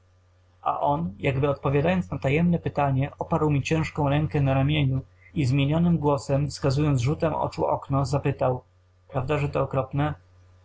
a on jakby odpowiadając na tajemne pytanie oparł mi ciężką rękę na ramieniu i zmienionym głosem wskazując rzutem oczu okno zapytał prawda że to okropne